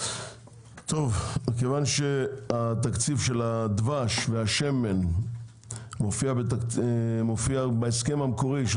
מכיוון שהתקציב של הדבש והשמן מופיע בהסכם המקורי,